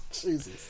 Jesus